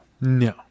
No